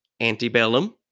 antebellum